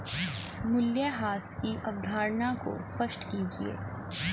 मूल्यह्रास की अवधारणा को स्पष्ट कीजिए